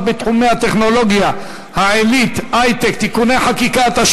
בתחומי הטכנולוגיה העילית (היי-טק) (תיקוני חקיקה),